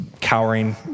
cowering